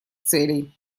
целей